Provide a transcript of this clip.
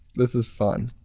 this is fun.